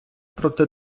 проти